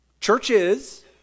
Churches